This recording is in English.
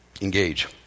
Engage